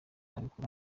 abikora